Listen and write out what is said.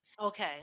okay